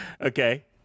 Okay